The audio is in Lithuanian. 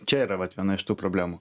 čia yra vat viena iš tų problemų